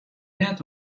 net